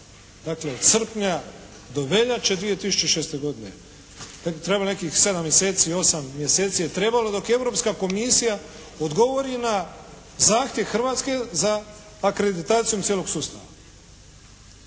Dakle, srpnja do veljače 2006. godine. Treba nekih 7 mjeseci, 8 mjeseci je trebalo dok je Europska Komisija odgovori na zahtjev Hrvatske za akreditacijom cijelog sustava.